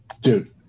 Dude